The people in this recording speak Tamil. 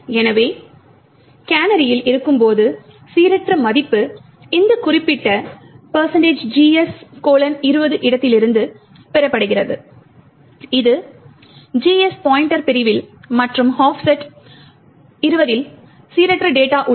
எனவே கேனரியில் இருக்கப் போகும் சீரற்ற மதிப்பு இந்த குறிப்பிட்ட gs 20 இடத்திலிருந்து பெறப்படுகிறது இது GS பாய்ண்ட்டர் பிரிவில் மற்றும் ஆஃப்செட் 20 இல் சீரற்ற டேட்டா உள்ளது